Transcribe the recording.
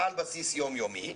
על בסיס יום יומי.